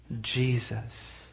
Jesus